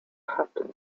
happen